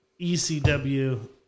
ECW